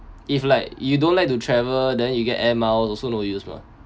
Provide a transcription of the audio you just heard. if like you don't like to travel then you get air miles also no use mah